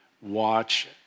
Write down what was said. watch